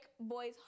boys